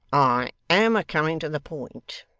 i am a coming to the point.